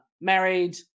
married